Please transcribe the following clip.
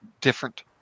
different